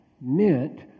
meant